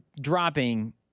dropping